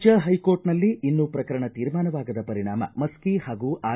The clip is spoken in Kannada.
ರಾಜ್ಯ ಹೈಕೋರ್ಟನಲ್ಲಿ ಇನ್ನೂ ಪ್ರಕರಣ ತೀರ್ಮಾನವಾಗದ ಪರಿಣಾಮ ಮಸ್ಕಿ ಹಾಗೂ ಆರ್